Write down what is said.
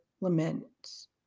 laments